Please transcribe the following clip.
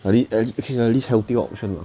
I need at lea~ at least healthy option lah